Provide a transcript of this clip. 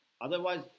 Otherwise